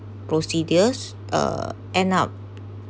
procedures uh end up